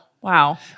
Wow